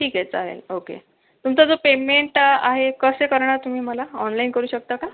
ठीक आहे चालेल ओके तुमचं जो पेमेंट आहे कसे करणार तुम्ही मला ऑनलाइन करू शकता का